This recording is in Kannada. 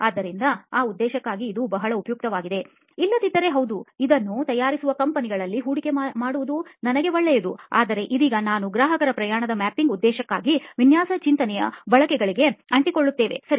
ಆದ್ದರಿಂದ ಆ ಉದ್ದೇಶಕ್ಕಾಗಿ ಇದು ಬಹಳ ಉಪಯುಕ್ತವಾಗಿದೆಇಲ್ಲದಿದ್ದರೆ ಹೌದು ಇದನ್ನು ತಯಾರಿಸುವ ಕಂಪನಿಗಳಲ್ಲಿ ಹೂಡಿಕೆ ಮಾಡುವುದು ನನಗೆ ಒಳ್ಳೆಯದು ಆದರೆ ಇದೀಗ ನಾವು ಗ್ರಾಹಕ ಪ್ರಯಾಣದ ಮ್ಯಾಪಿಂಗ್ ಉದ್ದೇಶಕ್ಕಾಗಿ ವಿನ್ಯಾಸ ಚಿಂತನೆಯ ಬಳಕೆಗಳಿಗೆ ಅಂಟಿಕೊಳ್ಳುತ್ತೇವೆಸರಿ